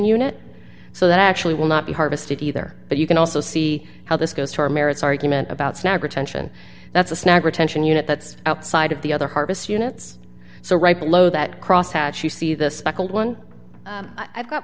unit so that actually will not be harvested either but you can also see how this goes to our merits argument about snag retention that's a snag retention unit that's outside of the other harvests units so right below that crosshatch you see the speckled one i've got